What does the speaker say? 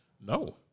No